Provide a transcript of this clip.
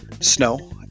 snow